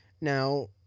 Now